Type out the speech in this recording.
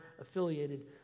affiliated